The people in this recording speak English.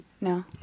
No